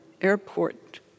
Airport